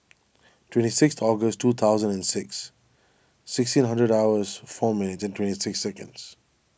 twenty six August two thousand and six sixteen hundred hours four minutes and twenty six seconds